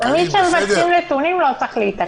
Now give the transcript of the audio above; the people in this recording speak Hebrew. תמיד כשמבקשים נתונים "לא צריך להתעכב".